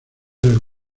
del